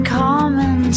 common